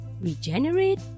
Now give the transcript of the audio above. regenerate